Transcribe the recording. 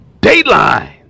Dateline